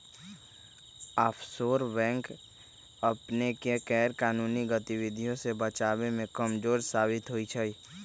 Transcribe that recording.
offshore bank अपनेके गैरकानूनी गतिविधियों से बचाबे में कमजोर साबित होइ छइ